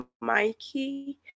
Mikey